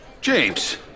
James